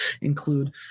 include